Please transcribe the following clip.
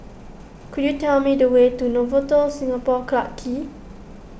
could you tell me the way to Novotel Singapore Clarke Quay